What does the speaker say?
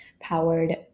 powered